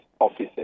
offices